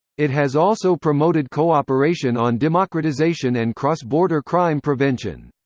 it has also promoted cooperation on democratization and cross-border crime prevention.